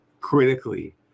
critically